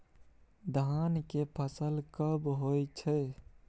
धान के फसल कब होय छै?